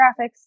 graphics